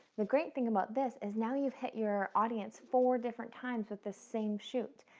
the great thing about this is now you've hit your audience four different times with the same shoot.